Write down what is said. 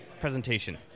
presentation